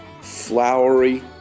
flowery